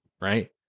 right